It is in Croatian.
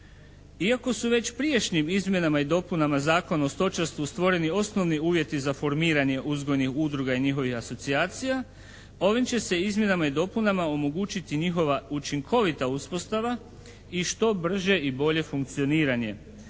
Iako su već prijašnjim izmjenama i dopunama Zakona o stočarstvu stvoreni osnovni uvjeti za formiranje uzgojnih udruga i njihovih asocijacija ovim će se izmjenama i dopunama omogućiti njihova učinkovita uspostava i što brže i bolje funkcioniranje